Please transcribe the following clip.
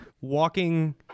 walking